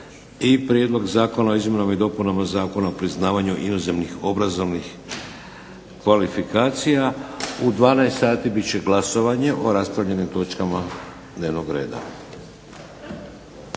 Prijedlog zakona o izmjenama i dopunama Zakona o priznavanju inozemnih obrazovnih kvalifikacija. U 12,00 sati bit će glasovanje o raspravljenim točkama dnevnog reda.